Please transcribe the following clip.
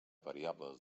variables